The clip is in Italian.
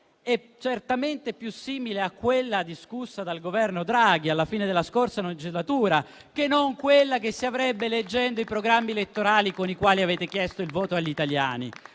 è certamente più simile a quella discussa dal Governo Draghi alla fine della scorsa legislatura che non a quella che si avrebbe leggendo i programmi elettorali con i quali avete chiesto il voto agli italiani.